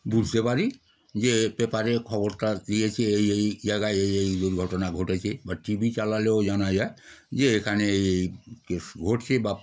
বুঝতে পারি যে পেপারে খবরটা দিয়েছে এই এই জায়গায় এই এই দুর্ঘটনা ঘটেছে বা টি ভি চালালেও জানা যায় যে এখানে এই এই কেস ঘটছে বা